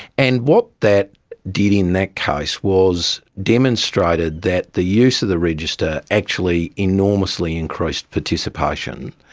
and what that did in that case was demonstrated that the use of the register actually enormously increased participation.